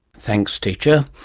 thanks teacher.